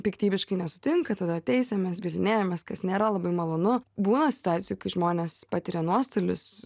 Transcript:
piktybiškai nesutinka tada teisiamės bylinėjamės kas nėra labai malonu būna situacijų kai žmonės patiria nuostolius